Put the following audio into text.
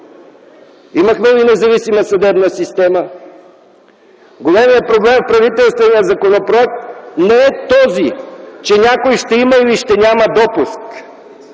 Имахме ли независима съдебна система? Големият проблем в правителствения законопроект не е този, че някой ще има или няма да има допуск.